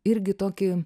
irgi tokį